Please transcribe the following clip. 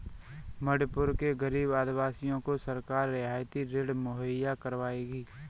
मणिपुर के गरीब आदिवासियों को सरकार रियायती ऋण मुहैया करवाएगी